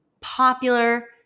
popular